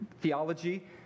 theology